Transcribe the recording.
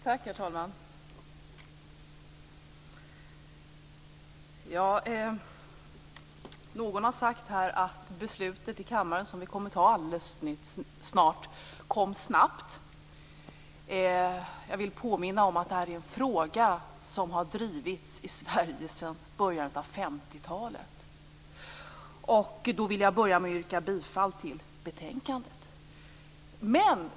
Herr talman! Någon har sagt här att det beslut som vi kommer att fatta alldeles snart kom snabbt. Jag vill påminna om att det här är en fråga som har drivits i Jag vill börja med att yrka bifall till hemställan i betänkandet.